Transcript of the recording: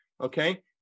Okay